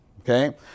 Okay